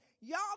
y'all